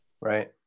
Right